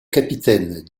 capitaine